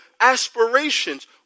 aspirations